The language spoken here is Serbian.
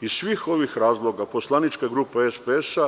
Iz svih ovih razloga, poslanička grupa SPS